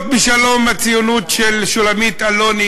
לחיות בשלום עם הציונות של שולמית אלוני,